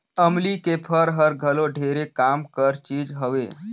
अमली के फर हर घलो ढेरे काम कर चीज हवे